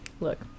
Look